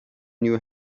new